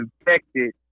infected